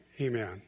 amen